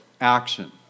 action